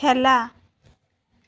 খেলা